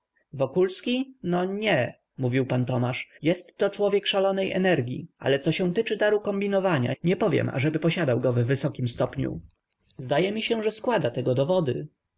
florentyna wokulski no nie mówił pan tomasz jestto człowiek szalonej energii ale co się tyczy daru kombinowania nie powiem ażeby posiadał go w wysokim stopniu zdaje mi się że składa tego dowody